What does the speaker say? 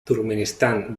turkmenistán